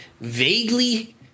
vaguely